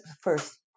first